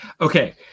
Okay